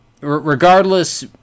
regardless